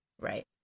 Right